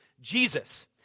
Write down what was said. Jesus